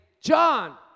John